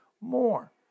more